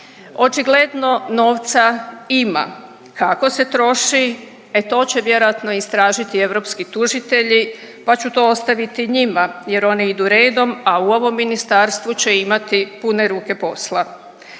Očigledno novca ima, kako se troši e to će vjerojatno istražiti europski tužitelji pa ću to ostaviti njima, jer oni idu redom, a u ovom ministarstvu će imati pune ruke posla.